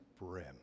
brim